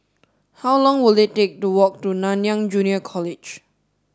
how long will it take to walk to Nanyang Junior College